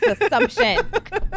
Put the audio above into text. assumption